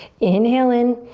inhale in.